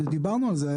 דיברנו על זה.